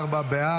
להעביר